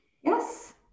yes